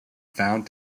found